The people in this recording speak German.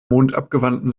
mondabgewandten